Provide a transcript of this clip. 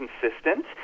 consistent